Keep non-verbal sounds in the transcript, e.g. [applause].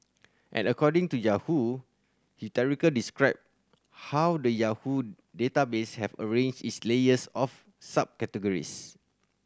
and according to Yahoo [unintelligible] described how the Yahoo database have arranged its layers of subcategories